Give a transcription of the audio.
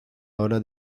hora